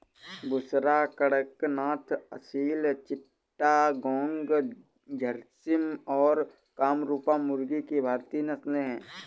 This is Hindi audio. बुसरा, कड़कनाथ, असील चिट्टागोंग, झर्सिम और कामरूपा मुर्गी की भारतीय नस्लें हैं